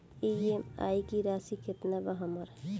EMI की राशि केतना बा हमर?